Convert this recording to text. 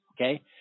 Okay